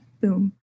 boom